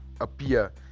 appear